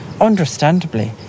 understandably